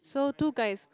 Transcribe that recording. so two guys